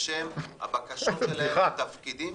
בשם הבקשות שלהם לתפקידים